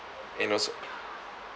and als~